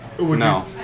No